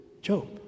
Job